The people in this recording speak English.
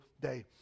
day